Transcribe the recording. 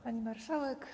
Pani Marszałek!